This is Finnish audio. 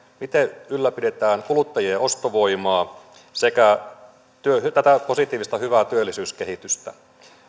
miten ylläpidetään kuluttajien ostovoimaa sekä tätä positiivista hyvää työllisyyskehitystä